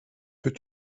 peux